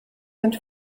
sind